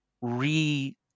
re-